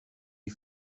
les